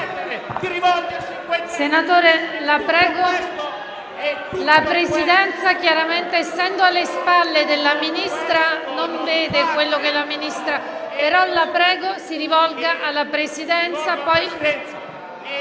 Senatore, la Presidenza, essendo alle spalle della Ministra, non vede quello che la Ministra...